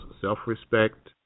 self-respect